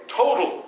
total